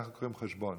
אנחנו קוראים חשבון,